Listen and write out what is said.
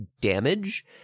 damage